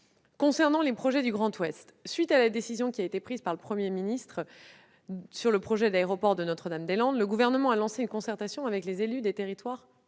Concernant les projets du Grand Ouest, à la suite de la décision prise par le Premier ministre sur le projet d'aéroport de Notre-Dame-des-Landes, le Gouvernement a lancé une concertation avec les élus des territoires